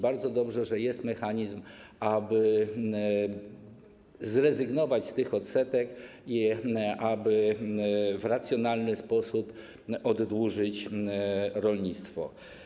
Bardzo dobrze, że jest mechanizm, aby zrezygnować z tych odsetek i aby w racjonalny sposób oddłużyć rolnictwo.